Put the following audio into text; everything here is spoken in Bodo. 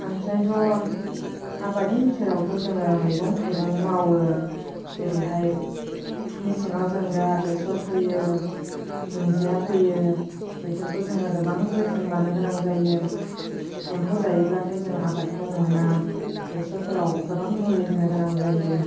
आमफ्रायथ' आबादनि बिथोरावथ' जोङो मैगं थाइगं मावो जेरैहाय मेसेङाव जों दा बेसर फोयो दुन्दिया फोयो बेफोरखौ जोङो गोबां जोथोन लानो गोनां जायो एम्फौ जायोब्लाथाय जोङो आबादखौ मोना बेसरफोराव गोबां मुलि होनोगोनां जायो